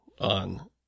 on